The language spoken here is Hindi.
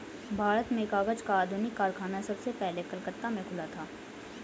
भारत में कागज का आधुनिक कारखाना सबसे पहले कलकत्ता में खुला था